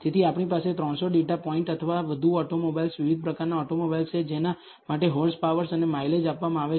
તેથી આપણી પાસે 300 ડેટા પોઇન્ટ અથવા વધુ ઓટોમોબાઇલ્સ વિવિધ પ્રકારનાં ઓટોમોબાઇલ્સ છે જેના માટે હોર્સપાવર અને માઇલેજ આપવામાં આવે છે